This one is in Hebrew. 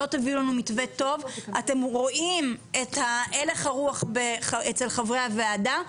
אם לא תביאו לנו מתווה טוב אתם רואים את הלך הרוח בקרב חברי הוועדה,